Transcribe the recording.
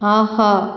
ஆஹா